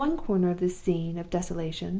at one corner of this scene of desolation,